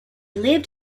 lived